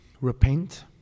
repent